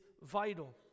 vital